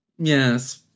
Yes